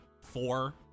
four